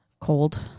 Cold